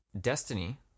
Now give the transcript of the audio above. Destiny